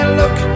look